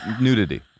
nudity